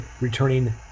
returning